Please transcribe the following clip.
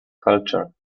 culture